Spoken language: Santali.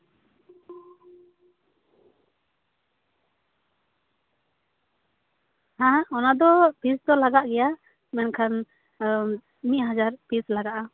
ᱦᱮᱸ ᱚᱱᱟ ᱫᱚ ᱯᱷᱤᱥ ᱫᱚ ᱞᱟᱜᱟᱜ ᱜᱮᱭᱟ ᱢᱮᱱᱠᱷᱟᱱ ᱢᱤᱫ ᱦᱟᱡᱟᱨ ᱯᱷᱤᱥ ᱞᱟᱜᱟᱜᱼᱟ